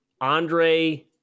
Andre